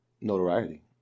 notoriety